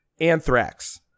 anthrax